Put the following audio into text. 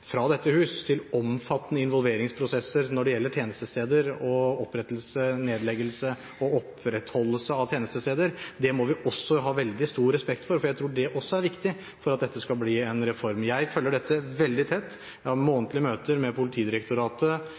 fra dette hus til omfattende involveringsprosesser når det gjelder tjenestesteder og opprettelse, nedleggelse og opprettholdelse av tjenestesteder. Det må vi ha veldig stor respekt for, for jeg tror det også er viktig for at dette skal bli en reform. Jeg følger dette veldig tett. Jeg har månedlige møter med Politidirektoratet